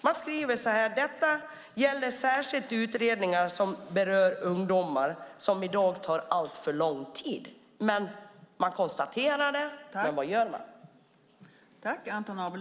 Man skriver så här: "Detta gäller särskilt utredningar som berör ungdomar och som i dag tar alltför lång tid." Man konstaterar det, men vad gör man?